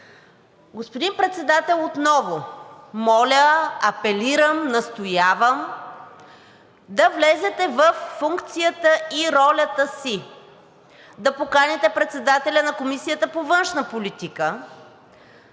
Господин Председател, отново моля, апелирам, настоявам да влезете във функцията и ролята си – да поканите председателя на Комисията по външна политика